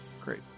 Great